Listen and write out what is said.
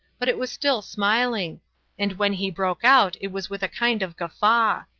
but it was still smiling and when he broke out it was with a kind of guffaw.